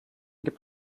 gibt